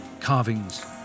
carvings